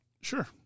Sure